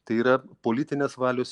tai yra politinės valios